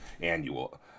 Annual